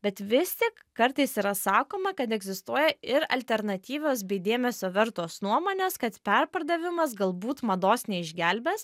bet vis tik kartais yra sakoma kad egzistuoja ir alternatyvios bei dėmesio vertos nuomonės kad perpardavimas galbūt mados neišgelbės